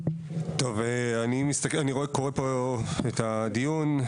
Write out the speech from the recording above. טוב אני מסתכל, אני קורא פה את הדיון.